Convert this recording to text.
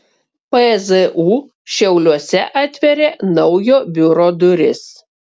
pzu šiauliuose atveria naujo biuro duris